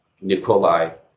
Nikolai